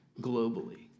globally